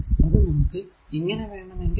അത് നമുക്ക് ഇങ്ങനെ വേണ്ടമെങ്കിൽ ആക്കാം